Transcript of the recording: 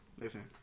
Listen